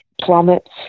plummets